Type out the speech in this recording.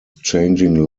changing